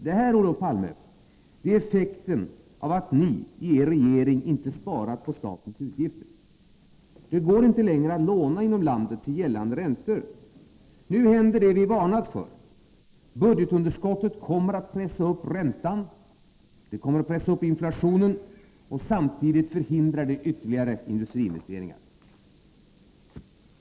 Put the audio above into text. Detta, Olof Palme, är effekten av att ni i er regering inte sparat på statens utgifter. Det går inte längre att låna inom landet till gällande räntor. Nu händer det som vi varnat för: budgetunderskottet kommer att pressa upp räntan och inflationen, samtidigt som det förhindrar ytterligare industriinvesteringar.